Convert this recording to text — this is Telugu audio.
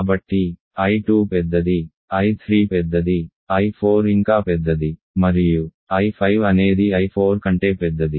కాబట్టి I2 పెద్దది I3 పెద్దది I4 ఇంకా పెద్దది మరియు I5 అనేది I4 కంటే పెద్దది